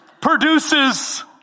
produces